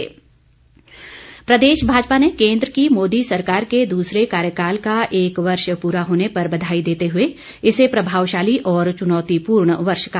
भाजपा प्रदेश भाजपा ने केंद्र की मोदी सरकार के दूसरे कार्यकाल का एक वर्ष पूरा होने पर बधाई देते हए इसे प्रभावशाली और चुनौतीपूर्ण वर्ष कहा